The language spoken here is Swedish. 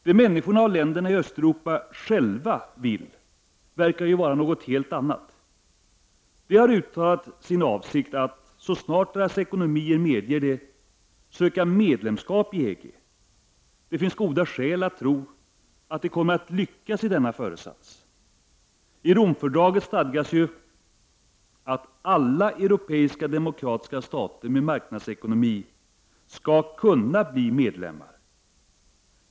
Det människorna och länderna i Östeuropa själva vill verkar ju vara något helt annat. De har uttalat sin avsikt att så snart deras ekonomier medger det söka medlemskap i EG. Det finns goda skäl att tro att de kommer att lyckas i denna föresats. I Romfördraget stadgas att alla europeiska demokratiska stater med marknadsekonomi skall kunna bli medlemmar.